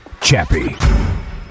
Chappie